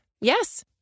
Yes